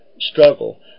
struggle